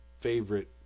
favorite